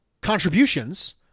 contributions